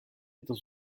dans